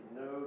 no